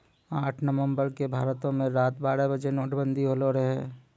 आठ नवम्बर के भारतो मे रात बारह बजे नोटबंदी होलो रहै